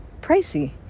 Pricey